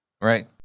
Right